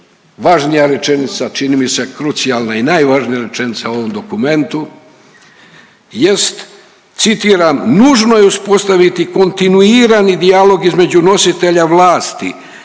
važnija rečenica čini mi se krucijalna i najvažnija rečenica u ovom dokumentu jest citiram. Nužno je uspostaviti kontinuirani dijalog između nositelja vlasti,